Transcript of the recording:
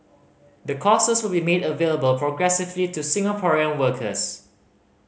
the courses will be made available progressively to Singaporean workers